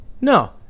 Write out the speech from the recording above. No